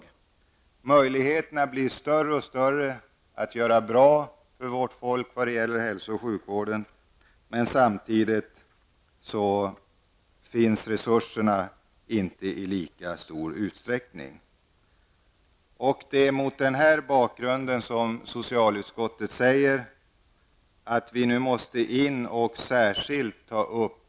De medicinskt-tekniska möjligheterna att åstadkomma en bra hälso och sjukvård för befolkningen blir allt bättre, medan de ekonomiska resurserna inte finns i tillräcklig utsträckning. Det är mot den här bakgrunden som socialutskottet säger att vi nu måste ta upp prioriteringsdiskussionerna.